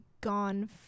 gone